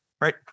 Right